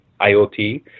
IoT